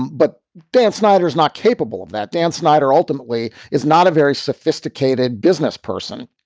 but dan snyder is not capable of that. dan snyder ultimately is not a very sophisticated business person.